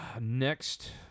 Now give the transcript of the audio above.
next